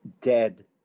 Dead